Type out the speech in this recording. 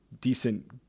decent